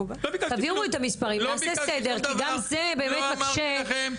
תעבירו את המספרים, נעשה סדר, כי גם זה באמת מקשה.